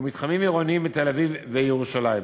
ומתחמים עירוניים בתל-אביב וירושלים.